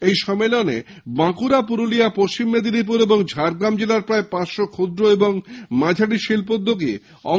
এই সম্মেলনে বাঁকুড়া পুরুলিয়া পশ্চিম মেদিনীপুর ও ঝাড়গ্রাম জেলার প্রায় পাঁচশো ক্ষুদ্র ও মাঝারি শিল্প উদ্যোগীরা অংশগ্রহন করেছিলেন